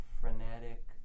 frenetic